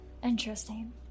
interesting